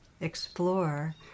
explore